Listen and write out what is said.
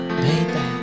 baby